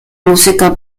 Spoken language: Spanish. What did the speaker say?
música